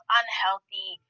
unhealthy